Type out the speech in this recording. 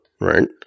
right